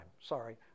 Sorry